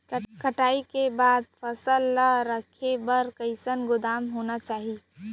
कटाई के बाद फसल ला रखे बर कईसन गोदाम होना चाही?